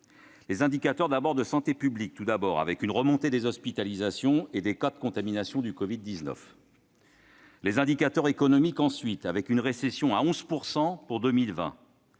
Les indicateurs de santé publique, tout d'abord, font état d'une remontée des hospitalisations et des cas de contamination par le covid-19. Les indicateurs économiques, ensuite, évoquent une récession de 11 % pour 2020.